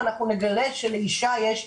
נציגות שדולת הנשים נמצאות איתנו.